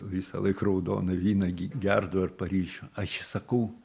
visąlaik raudoną vyną gi gerdavo ir paryžiuj aš ir sakau